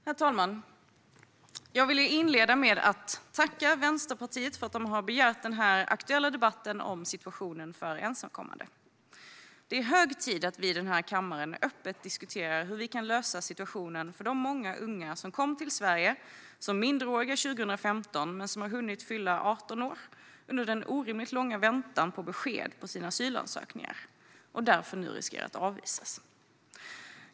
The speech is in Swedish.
Herr talman! Jag inleder med att tacka Vänsterpartiet för att man har begärt denna aktuella debatt om situationen för ensamkommande. Det är hög tid att vi i denna kammare öppet diskuterar hur vi kan lösa situationen för de många unga som kom till Sverige som minderåriga 2015 men som har hunnit fylla 18 år under den orimligt långa väntan på besked om sina asylansökningar och därför nu riskerar att avvisas.